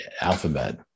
Alphabet